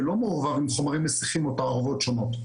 ולא מעורבב עם חומרים מסיחים או תערובות שונות.